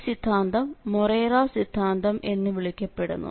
ഈ സിദ്ധാന്തം മൊറേറ സിദ്ധാന്തം എന്ന് വിളിക്കപ്പെടുന്നു